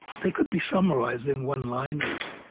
they could be summarized in one-liners.